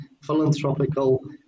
Philanthropical